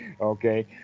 Okay